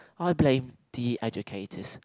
I blame the educators